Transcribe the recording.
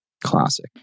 Classic